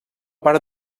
part